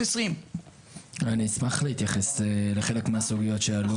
320. אני אשמח להתייחס לחלק מהסוגיות שעלו.